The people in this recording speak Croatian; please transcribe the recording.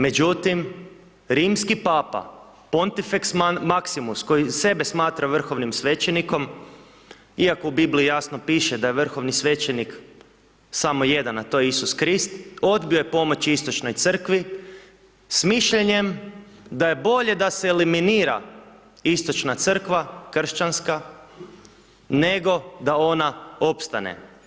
Međutim rimski Papa Pontifeks Maximus koji sebe smatra vrhovnim svećenikom iako u Bibliji jasno piše da je vrhovni svećenik samo jedan a to Isus Krist odbio je pomoći Istočnoj crkvi s mišljenjem da je bolje da se eliminira Istočna crkva kršćanska nego da ona opstane.